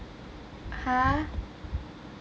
!huh!